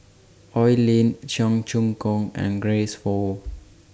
Oi Lin Cheong Choong Kong and Grace Fu